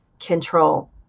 control